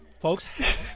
Folks